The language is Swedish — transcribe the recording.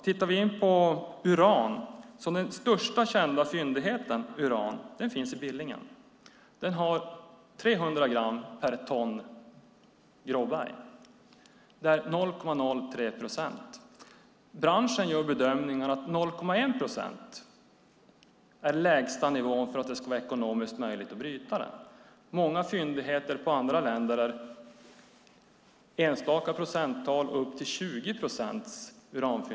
När det sedan gäller uran finns den största kända fyndigheten i Billingen - 300 gram per ton gråberg, 0,03 procent. Branschen gör bedömningen att 0,1 procent är den lägsta nivån för att det ska vara ekonomiskt möjligt att bryta den. Många uranfyndigheter i andra länder är enstaka procenttal och upp till 20 procent.